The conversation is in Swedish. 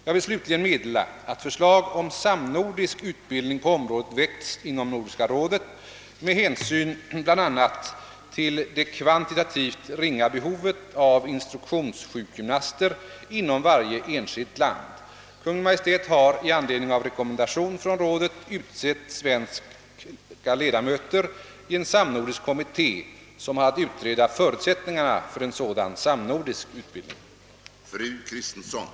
Jag vill slutligen meddela, att förslag om samnordisk utbildning på området väckts inom Nordiska rådet med hänsyn bl.a. till det kvantitativt ringa behovet av = instruktionssjukgymnaster inom varje enskilt land. Kungl. Maj:t har i anledning av rekommendation från rådet utsett svenska ledamöter i en samnordisk kommitté som har att utreda förutsättningarna för sådan samnordisk utbildning.